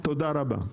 תודה רבה.